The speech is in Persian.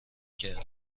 کردم